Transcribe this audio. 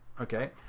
Okay